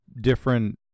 different